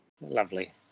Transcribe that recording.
lovely